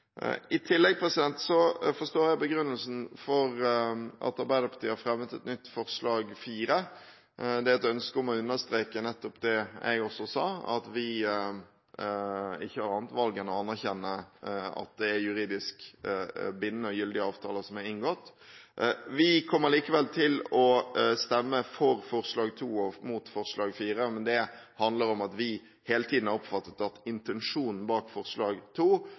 I tillegg forstår jeg begrunnelsen for at Arbeiderpartiet har fremmet et nytt forslag, forslag nr. 4. Det er et ønske om å understreke nettopp det jeg sa, at vi ikke har annet valg enn å anerkjenne at det er juridisk bindende og gyldige avtaler som er inngått. Vi kommer likevel til å stemme for forslag nr. 2 og imot forslag nr. 4, men det handler om at vi hele tiden har oppfattet at intensjonen bak forslag